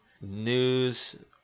news